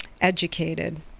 educated